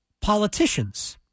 politicians